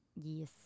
Yes